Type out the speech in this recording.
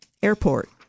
Airport